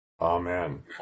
Amen